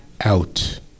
out